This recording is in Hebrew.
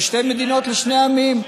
על שתי מדינות לשני עמים.